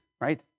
right